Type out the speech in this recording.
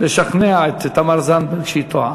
לשכנע את תמר זנדברג שהיא טועה.